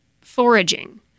foraging